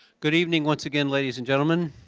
good evening once again, ladies and gentlemen.